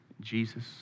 Jesus